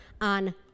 on